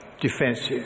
defensive